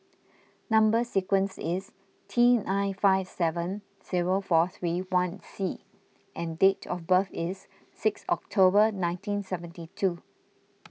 Number Sequence is T nine five seven zero four three one C and date of birth is six October nineteen seventy two